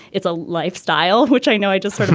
it's a lifestyle which i know i just sort of